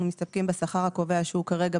אנחנו מסתפקים בשכר הקובע שהוא כרגע